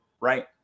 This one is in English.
Right